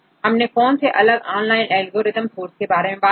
हमने कौन से अलग ऑनलाइन एल्गोरिदम सोर्स के बारे मेंबात की